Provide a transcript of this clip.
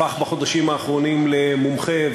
הפך בחודשים האחרונים למומחה,